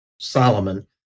Solomon